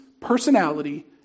personality